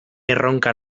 erronka